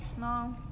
No